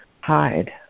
hide